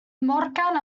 morgan